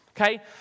Okay